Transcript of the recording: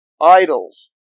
Idols